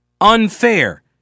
unfair